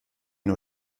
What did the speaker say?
nur